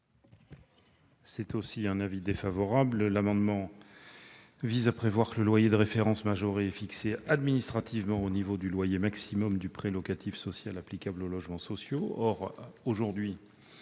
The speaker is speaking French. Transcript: Quel est l'avis du Gouvernement ? L'amendement vise à prévoir que le loyer de référence majoré est fixé administrativement au niveau du loyer maximum du prêt locatif social applicable aux logements sociaux.